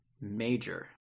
major